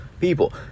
people